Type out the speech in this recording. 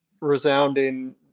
resounding